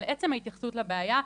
על עצם ההתייחסות לבעיה,